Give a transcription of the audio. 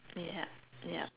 ya ya